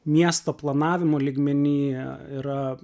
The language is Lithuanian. miesto planavimo lygmeny yra